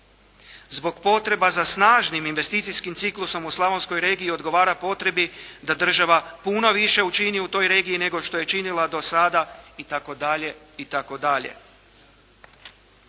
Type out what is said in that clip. zbog potreba za snažnim investicijskim ciklusom u slavonskoj regiji odgovara potrebi da država puno više učini u toj regiji nego što je činila do sada itd., itd.